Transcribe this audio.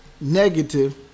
negative